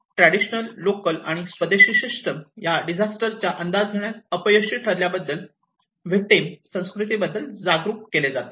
traditional local आणि स्वदेशी system या डिझास्टरचा अंदाज घेण्यास अपयशी ठरल्याबद्दल व्हिक्टिम संस्कृतीबद्दल जागरूक केले जाते